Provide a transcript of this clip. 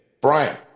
Brian